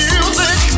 Music